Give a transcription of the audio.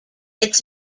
its